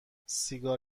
سیگار